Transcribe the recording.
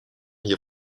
hier